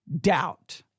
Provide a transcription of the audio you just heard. doubt